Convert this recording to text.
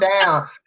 down